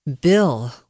Bill